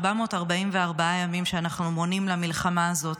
444 ימים שאנחנו מונים למלחמה הזאת,